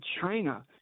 China